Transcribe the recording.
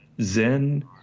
Zen